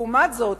לעומת זאת,